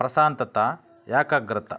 ప్రశాంతత ఏకాగ్రత